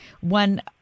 one